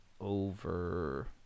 over